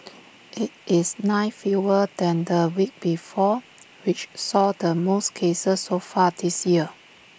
IT is nine fewer than the week before which saw the most cases so far this year